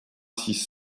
six